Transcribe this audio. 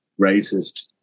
racist